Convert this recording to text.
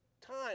time